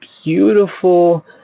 beautiful